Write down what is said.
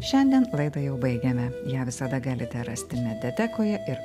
šiandien laidą jau baigiame ją visada galite rasti mediatekoje ir